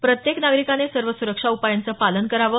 प्रत्येक नागरिकाने सर्व सुरक्षा उपायांचं पालन करावं